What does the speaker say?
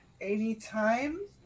Anytime